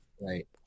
Right